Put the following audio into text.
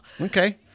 okay